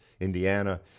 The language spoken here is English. Indiana